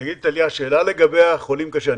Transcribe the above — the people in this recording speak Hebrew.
טליה, שאלה לגבי החולים קשה.